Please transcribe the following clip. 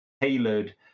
tailored